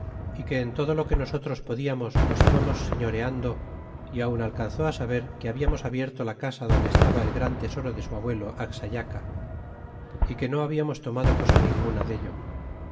é que en todo lo que nosotros podiamos nos íbamos señoreando y aun alcanzó gaber une hablamos abierto la casa donde estaba el gran tesoro de su abuelo axayaca y que no hablamos tomado cosa ninguna dello